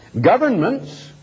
governments